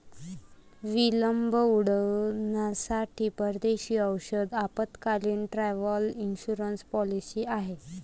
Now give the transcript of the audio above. विलंब उड्डाणांसाठी परदेशी औषध आपत्कालीन, ट्रॅव्हल इन्शुरन्स पॉलिसी आहे